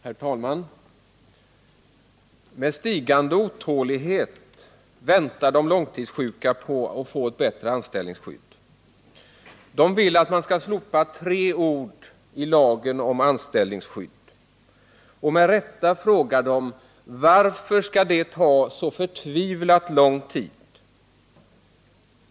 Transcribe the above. Herr talman! Med stigande otålighet väntar de långtidssjuka på att få ett bättre anställningsskydd. De vill att man. skall slopa tre ord i lagen om anställningsskydd. Med rätta frågar de: Varför skall detta ta så förtvivlat lång tid?